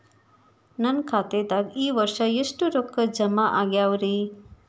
ನನ್ನ ಖಾತೆದಾಗ ಈ ವರ್ಷ ಎಷ್ಟು ರೊಕ್ಕ ಜಮಾ ಆಗ್ಯಾವರಿ?